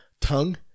tongue